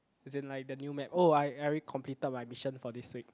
as in like the new map oh I I already completed my mission for this week